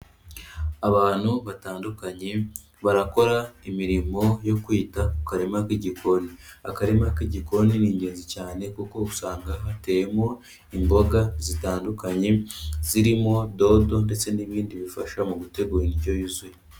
Abantu batandukanye, barakora imirimo yo kwita ku karima k'igikoni, akarima k'igikoni ni ingenzi cyane kuko usanga hateyemo imboga zitandukanye zirimo dodo ndetse n'ibindi bifasha mu gutegura indyo yuzuye.